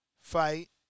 fight